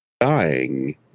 Dying